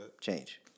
change